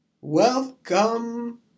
Welcome